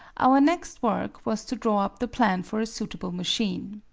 our next work was to draw up the plan for a suitable machine.